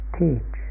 teach